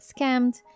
scammed